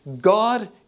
God